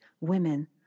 women